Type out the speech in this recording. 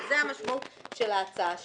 זו המשמעות של ההצעה שלכם.